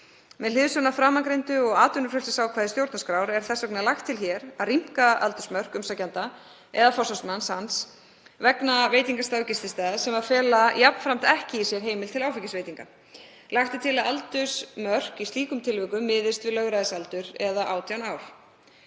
Með hliðsjón af framangreindu og atvinnufrelsisákvæði stjórnarskrár er þess vegna lagt til hér að rýmka aldursmörk umsækjanda eða forsvarsmanns hans vegna leyfa til veitingastaða og gististaða sem fela jafnframt ekki í sér heimild til áfengisveitinga. Lagt er til að aldursmörk í slíkum tilvikum miðist við lögræðisaldur eða 18 ár.